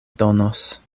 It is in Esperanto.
donos